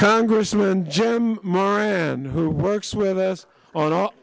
congressman jim moran who works with us on